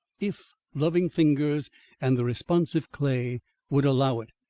if loving fingers and the responsive clay would allow it.